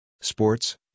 Sports